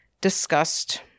discussed